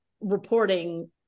reporting